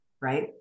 right